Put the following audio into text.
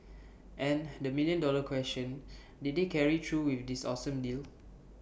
and the million dollar question did they carry through with this awesome deal